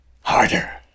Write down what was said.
Harder